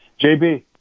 JB